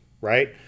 right